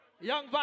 Young